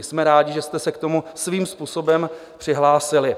Jsme rádi, že jste se k tomu svým způsobem přihlásili.